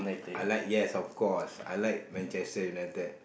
I like yes of course I like Manchester-United